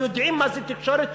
ויודעים מה זה תקשורת,